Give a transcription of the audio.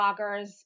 bloggers